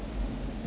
mmhmm